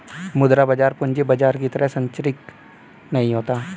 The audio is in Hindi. मुद्रा बाजार पूंजी बाजार की तरह सरंचिक नहीं होता